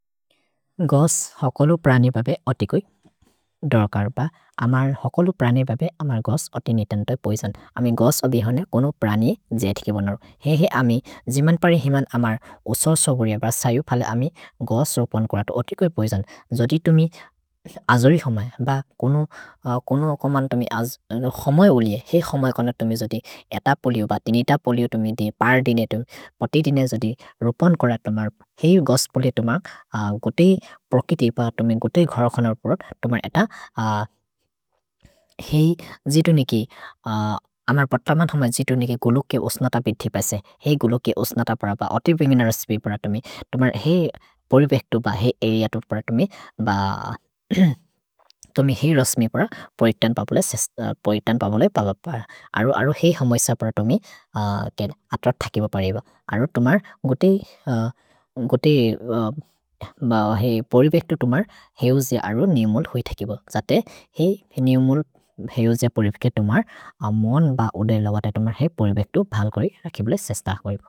गोस् हकलु प्रनि बबे अतिकोइ दरकर् ब। अमर् हकलु प्रनि बबे अमर् गोस् अति नितन् तोहि पोइजन्। अमि गोस् अदिहने कोनु प्रनि जे इतिके बनरो। हे हे अमि जिमन् परे जिमन् अमर् उसोर् सोगुरिअ ब सयु फले अमि गोस् रोपन् कोरतु। अतिकोइ पोइजन्। जोदि तुमि अजोरि होमए ब कोनु कोमन् तुमि होमए उलिए। हेइ होमए कोन तुमि जोदि एत पोलिओ ब तिनित पोलिओ तुमि दि पर् दिने तुमि। पति दिने जोदि रोपन् कोरतु। हेइ गोस् पोलिओ तुमि गोतेइ प्रकिति ब तुमि गोतेइ घरकोन पोरोद्। तुमि एत हेइ जितुनि कि। अमर् पत मन् होमए जितुनि कि गुलोके उस्नत बिधि पेसे। हेइ गुलोके उस्नत पर ब अति बिमिन रस्मि पर तुमि। तुमि हेइ पोलिपेक्तु ब हेइ अरेअ तुर् पर तुमि। भ तुमि हेइ रस्मि पर पोएतन् पबोले पब्ल प। अरो अरो हेइ होमोएस पर तुमि अत्र थकि ब परेब। अरो तुमि गोतेइ पोरिपेक्तु तुमि हेउजे अरो नेउमोल् होइ थकि ब। जते हेइ नेउमोल् हेउजे पोरिपेके तुमि अमोन् ब ओदेल बत। तुमि हेइ पोरिपेक्तु भल् करि रखि बिल सेस्त।